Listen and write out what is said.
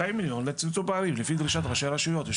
שני מיליון לצמצום פערים על פי דרישת ראשי הרשויות.